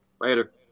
Later